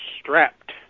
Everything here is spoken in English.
Strapped